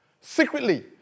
secretly